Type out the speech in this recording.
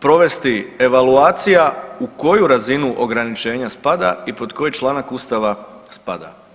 provesti evaluacija u koju razinu ograničenja spada i pod koji članak Ustava spada.